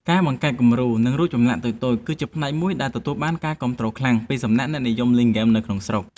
ការបង្កើតគំរូ និង រូបចម្លាក់តូចៗ គឺជាផ្នែកមួយដែលទទួលបានការគាំទ្រខ្លាំងពីសំណាក់អ្នកនិយមលេងហ្គេមនៅក្នុងស្រុក។